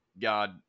God